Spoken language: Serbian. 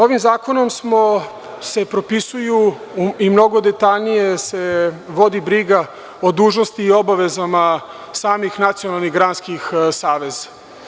Ovim zakonom se propisuju i mnogo detaljnije se vodi briga o dužnostima i obavezama samih nacionalnih granskih saveza.